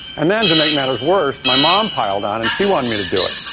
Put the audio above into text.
and then to make matters worse, my mom piled on and she wanted me to do it.